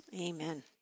Amen